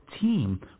team